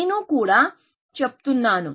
నేను కూడా చెప్తున్నాను